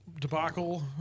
Debacle